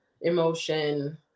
emotion